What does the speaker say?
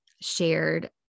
shared